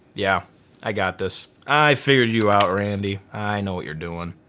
yeah i got this. i figured you out randy. i know what you're doin'.